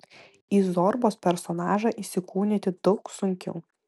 į zorbos personažą įsikūnyti daug sunkiau